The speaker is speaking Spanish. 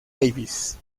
davis